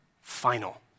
final